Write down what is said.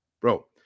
Bro